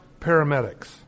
paramedics